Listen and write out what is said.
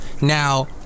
Now